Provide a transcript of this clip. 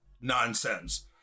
nonsense